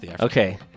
Okay